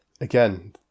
again